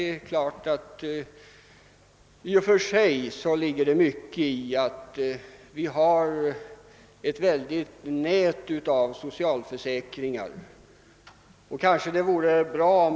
Det ligger ju i och för sig mycket i idén att förenkla vårt väldiga nät av socialförsäkringar.